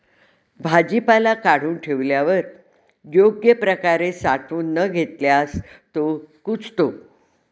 भाजीपाला काढून ठेवल्यावर योग्य प्रकारे साठवून न घेतल्यास तो कुजतो